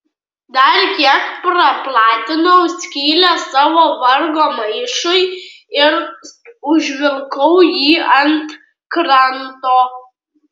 dar kiek praplatinau skylę savo vargo maišui ir užvilkau jį ant kranto